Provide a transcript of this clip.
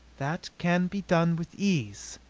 that can be done with ease,